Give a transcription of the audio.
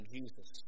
Jesus